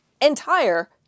entire